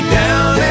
down